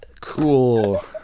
Cool